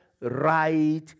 right